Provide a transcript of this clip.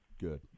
good